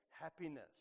happiness